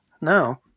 No